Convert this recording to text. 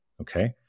okay